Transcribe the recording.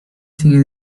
sigue